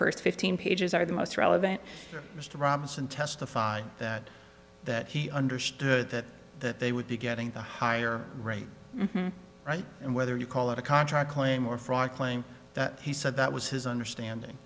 first fifteen pages are the most relevant mr robinson testified that that he understood that that they would be getting the higher rate right and whether you call it a contract claim or a fraud claim he said that was his understanding